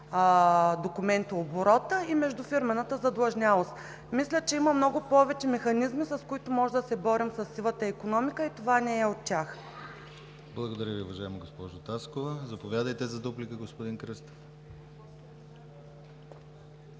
документооборота и междуфирмената задлъжнялост. Мисля, че има много повече механизми, с които може да се борим със сивата икономика и това не е от тях. ПРЕДСЕДАТЕЛ ДИМИТЪР ГЛАВЧЕВ: Благодаря Ви, уважаема госпожо Таскова. Заповядайте за дуплика, господин Кръстев.